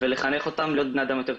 ולחנך אותם להיות בני אדם יותר טובים.